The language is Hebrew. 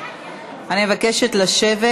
אני מבקשת לשבת.